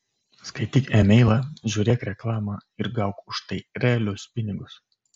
skaityk e mailą žiūrėk reklamą ir gauk už tai realius pinigus